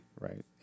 right